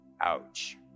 ouch